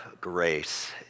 grace